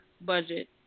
budget